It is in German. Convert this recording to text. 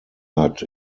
hat